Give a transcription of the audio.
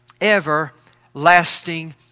everlasting